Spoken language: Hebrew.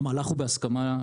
המהלך הוא בהסכמה,